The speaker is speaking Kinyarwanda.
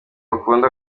akunda